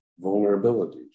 vulnerabilities